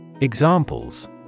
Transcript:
Examples